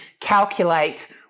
calculate